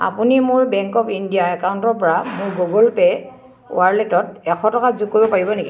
আপুনি মোৰ bank of ইণ্ডিয়াৰ একাউণ্টৰ পৰা মোৰ গুগল পে'ৰ ৱালেটত এশ টকা যোগ কৰিব পাৰিব নেকি